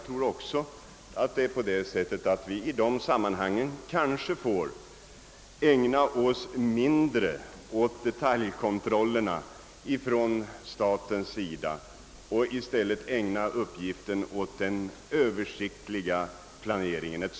Från statens sida får vi därvid kanske mindre syssla med detaljkontrollen och i stället ägna ett större intresse åt den översiktliga planeringen.